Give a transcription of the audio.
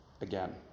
again